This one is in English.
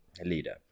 leader